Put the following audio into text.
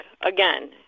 again